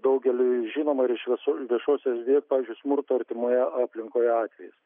daugeliui žinoma ir iš visų viešos erdvės pavyzdžiui smurto artimoje aplinkoje atvejis